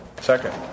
Second